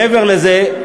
מעבר לזה,